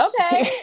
okay